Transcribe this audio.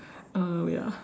uh wait ah